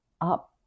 up